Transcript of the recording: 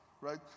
right